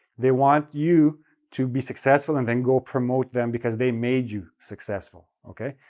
they want you to be successful and then go promote them, because they made you successful, okay?